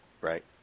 Right